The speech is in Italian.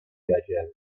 piacevole